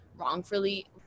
wrongfully